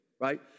right